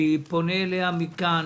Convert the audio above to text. אני פונה אליה מכאן